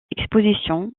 expositions